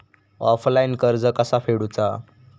Offline कर्ज कसा फेडूचा?